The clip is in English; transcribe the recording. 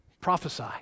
Prophesy